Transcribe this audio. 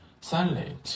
salad